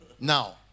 Now